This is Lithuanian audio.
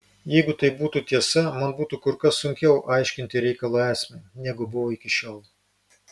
jeigu tai būtų tiesa man būtų kur kas sunkiau aiškinti reikalo esmę negu buvo iki šiol